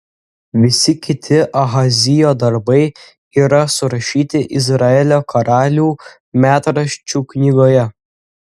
visi kiti ahazijo darbai yra surašyti izraelio karalių metraščių knygoje